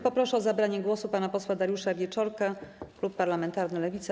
Poproszę o zabranie głosu pana posła Dariusza Wieczorka, klub parlamentarny Lewica.